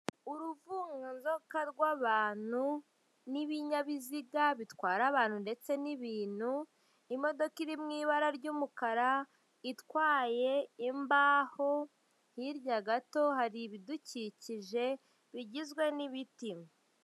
Uruvungazoka rw'abantu n'ibinyabiziga bitwara abantu ndetse n'ibintu imodoka iri mu ibara ry'umukara, itwaye imbaho, hirya gato hari ibidukikije, bigizwe n'ibiti.